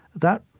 that,